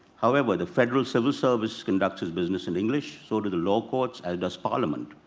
however, the federal civil service conducts his business in english. so do the law courts, as does parliament.